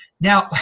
Now